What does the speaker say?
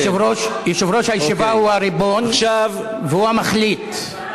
יושב-ראש הישיבה הוא הריבון, והוא המחליט.